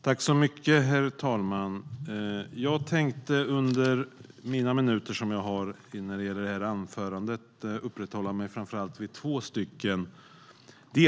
Herr talman! Jag tänkte i mitt anförande uppehålla mig framför allt vid två punkter.